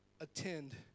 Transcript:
attend